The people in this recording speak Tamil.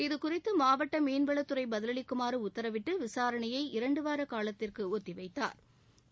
இது குறித்து மாவட்ட மீன்வளத்துறை பதிலளிக்குமாறு உத்தரவிட்டு விசாரணையை இரண்டுவார காலத்திற்கு ஒத்திவைத்தாா்